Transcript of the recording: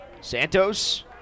Santos